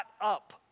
up